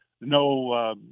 no